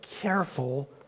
careful